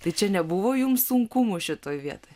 tai čia nebuvo jums sunkumų šitoj vietoj